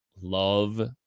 love